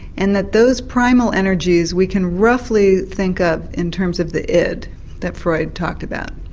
and that those primal energies we can roughly think of in terms of the id that freud talked about.